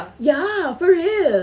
ya for real